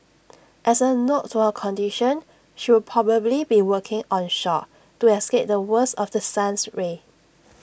as A nod to her condition she will probably be working onshore to escape the worst of the sun's rays